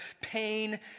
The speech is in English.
pain